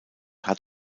hat